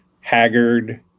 haggard